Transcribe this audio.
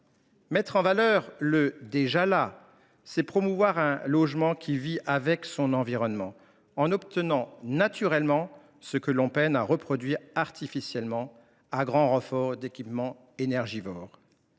Mettre en valeur le déjà là, c’est promouvoir un logement qui vit avec son environnement en obtenant naturellement ce que l’on peine à reproduire artificiellement à grand renfort d’équipements énergivores.